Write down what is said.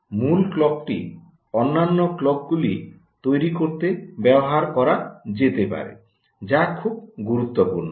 মূল ক্লকটি অন্যান্য ক্লকগুলি তৈরি করতে ব্যবহার করা যেতে পারে যা খুব গুরুত্বপূর্ণ